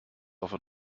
offer